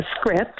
script